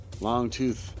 Longtooth